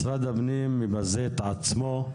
משרד הפנים מבזה את עצמו,